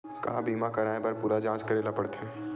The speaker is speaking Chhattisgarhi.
का बीमा कराए बर पूरा जांच करेला पड़थे?